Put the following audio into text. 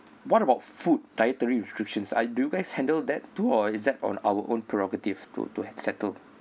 what about food dietary restrictions uh do you guys handle that too or is that on our own prerogative to to settle